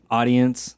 audience